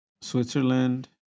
Switzerland